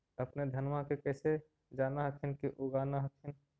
अपने धनमा के कैसे जान हखिन की उगा न हखिन?